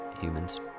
humans